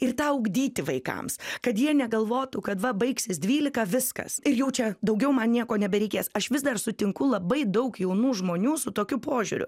ir tą ugdyti vaikams kad jie negalvotų kad va baigsis dvylika viskas ir jau čia daugiau man nieko nebereikės aš vis dar sutinku labai daug jaunų žmonių su tokiu požiūriu